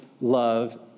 love